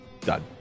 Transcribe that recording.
done